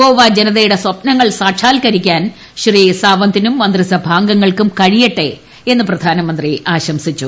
ഗോവ ജനതയുടെ സ്വപ്നങ്ങൾ സാക്ഷാത്കരിക്കാൻ ശ്രീ സാവന്തിനും മന്ത്രിസഭാംഗങ്ങൾക്കും കഴിയട്ടെ എന്ന് പ്രപ്ധാനമന്ത്രി ആശംസിച്ചു